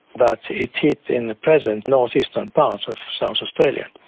but it hit in the present north-eastern part of south australia.